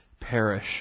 perish